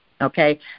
okay